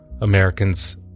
Americans